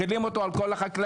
מחילים אותו על כל החקלאים,